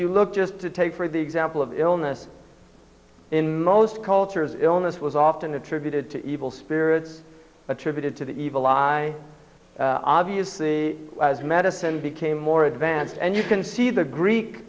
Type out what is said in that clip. you look just to take for the example of illness in most cultures illness was often attributed to evil spirits attributed to the evil eye obviously as medicine became more advanced and you can see the greek